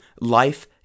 life